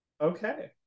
Okay